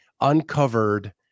uncovered